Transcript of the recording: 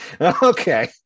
Okay